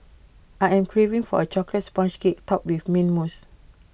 I am craving for A Chocolate Sponge Cake Topped with Mint Mousse